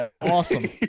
awesome